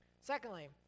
Secondly